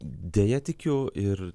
deja tikiu ir